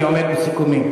אני עומד בסיכומים.